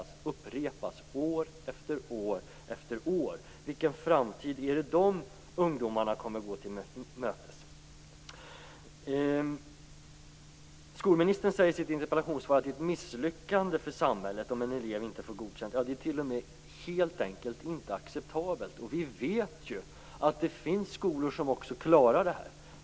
Det upprepas år efter år efter år. Vilken framtid är det de ungdomarna kommer att gå till mötes? Skolministern säger i sitt interpellationssvar att det är ett misslyckande för samhället om en elev inte får godkänt. Det är t.o.m. helt oacceptabelt. Vi vet att det finns skolor som klarar det här.